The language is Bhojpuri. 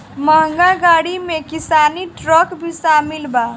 महँग गाड़ी में किसानी ट्रक भी शामिल बा